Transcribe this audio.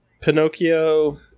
pinocchio